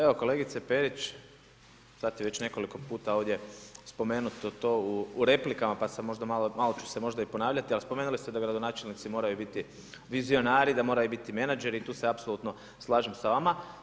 Evo, kolegice Perić, sad je već nekoliko puta ovdje spomenuto to u replikama, pa sam možda malo, malo ću se možda i ponavljati, ali spomenuli ste da gradonačelnici moraju biti vizionari, da moraju biti menadžeri i tu se apsolutno slažem s vama.